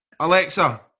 Alexa